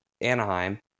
Anaheim